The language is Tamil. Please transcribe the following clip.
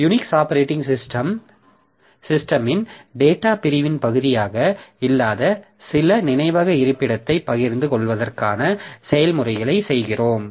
யுனிக்ஸ் ஆப்பரேட்டிங் சிஸ்டமின் டேட்டா பிரிவின் பகுதியாக இல்லாத சில நினைவக இருப்பிடத்தைப் பகிர்ந்து கொள்வதற்கான செயல்முறைகளை செய்கிறோம்